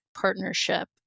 partnership